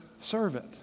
servant